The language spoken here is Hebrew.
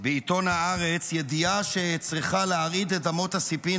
בעיתון הארץ ידיעה שצריכה להרעיד את אמות הסיפים.